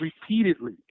repeatedly